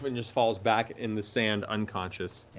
and just falls back in the sand, unconscious.